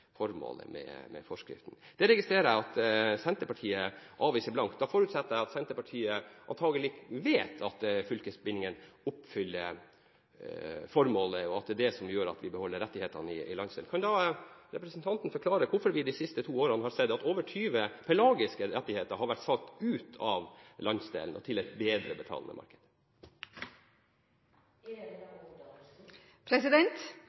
formålet med forskriften. Det registrerer jeg at Senterpartiet avviser blankt. Jeg forutsetter at Senterpartiet antakelig vet at fylkesbindingen oppfyller formålet, og at det er det som gjør at vi beholder rettighetene i landsdelen. Kan representanten da forklare hvorfor vi de siste to årene har sett at over 20 pelagiske rettigheter har vært solgt ut av landsdelen og til et bedre betalende